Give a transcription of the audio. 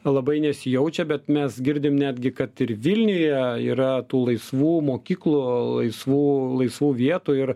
labai nesijaučia bet mes girdim netgi kad ir vilniuje yra tų laisvų mokyklų laisvų laisvų vietų ir